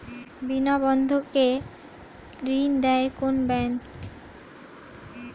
বিনা বন্ধক কে ঋণ দেয় কোন ব্যাংক?